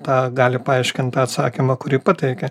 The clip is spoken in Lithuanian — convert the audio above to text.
tą gali paaiškint tą atsakymą kurį pateikė